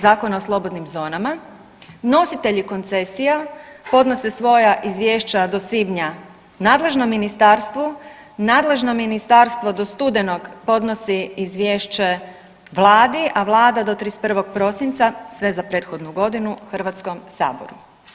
Zakona o slobodnim zonama nositelji koncesija podnose svoja izvješća do svibnja nadležnom ministarstvu, nadležno ministarstvo do studenog podnosi izvješće vladi, a Vlada do 31. prosinca sve za prethodnu godinu Hrvatskom saboru.